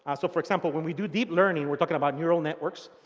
ah so, for example, when we do deep learning, we're talking about neural networks.